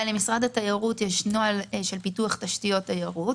אבל למשרד התיירות יש נוהל של פיתוח תשתיות תיירות,